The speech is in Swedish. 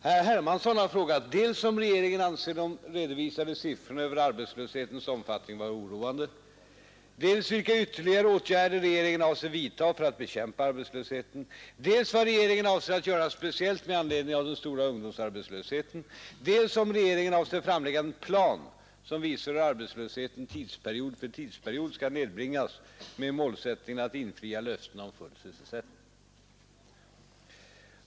Herr Hermansson har frågat dels om regeringen anser de redovisade siffrorna över arbetslöshetens omfattning vara oroande, dels vilka ytterligare åtgärder regeringen avser vidta för att bekämpa arbetslösheten, dels vad regeringen avser att göra speciellt med anledning av den stora ungdomsarbetslösheten, dels om regeringen avser framlägga en plan som visar hur arbetslösheten tidsperiod för tidsperiod skall nedbringas med målsättningen att infria löftena om full sysselsättning.